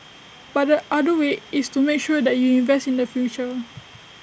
but the other way is to make sure that you invest in the future